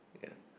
yeah